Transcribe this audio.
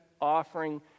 offering